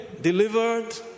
delivered